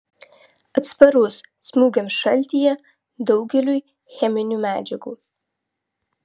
atsparus smūgiams šaltyje daugeliui cheminių medžiagų